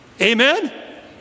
Amen